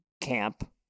Camp